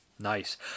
Nice